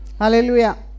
Hallelujah